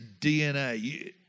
DNA